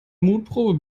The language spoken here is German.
mutprobe